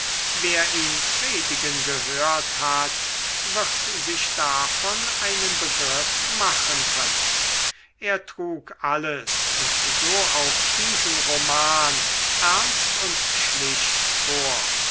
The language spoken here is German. wer ihn predigen gehört hat wird sich davon einen begriff machen können er trug alles und so auch diesen roman ernst und schlicht vor